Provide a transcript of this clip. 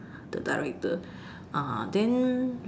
the director uh then